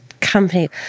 company